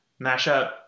mashup